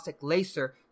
Laser